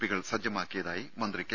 P കൾ സജ്ജമാക്കിയതായി മന്ത്രി കെ